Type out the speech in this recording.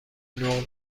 نقل